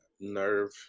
nerve